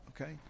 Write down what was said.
Okay